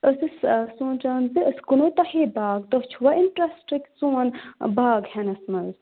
أسۍ ٲسۍ سونٛچان زِ أسۍ کٕنو تۄہے باغ تۄہہِ چھُوا اِنٹرٛسٹ سون باغ ہٮ۪نَس منٛز